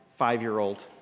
five-year-old